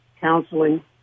counseling